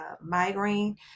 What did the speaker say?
migraine